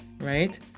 right